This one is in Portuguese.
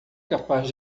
capaz